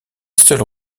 seule